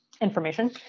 information